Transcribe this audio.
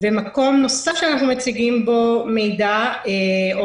ומקום נוסף שאנחנו מציגים בו מידע או